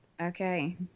Okay